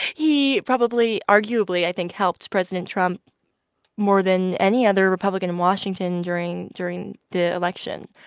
he probably, arguably, i think, helped president trump more than any other republican in washington during during the election.